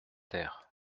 terre